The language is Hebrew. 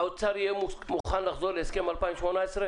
האוצר יהיה מוכן לחזור להסכם 2018?